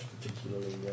particularly